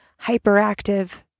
hyperactive